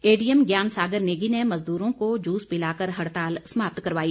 ADM Gyan Sagar Negi ने मजदूरों को जूस पिलाकर हड़ताल समाप्त करवाई